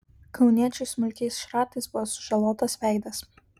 kauniečiui smulkiais šratais buvo sužalotas veidas